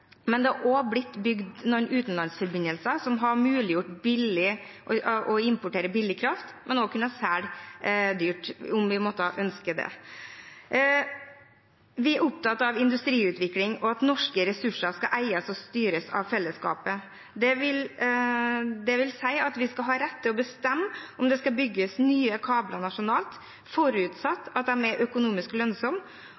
Men det er også blitt bygd noen utenlandsforbindelser som har gjort det mulig å importere billig kraft, og også kunne selge dyrt, om vi måtte ønske det. Vi er opptatt av industriutvikling og av at norske ressurser skal eies og styres av fellesskapet. Det vil si at vi skal ha rett til å bestemme om det skal bygges nye kabler nasjonalt,